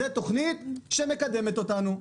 זאת תוכנית שבאמת מקדמת אותנו.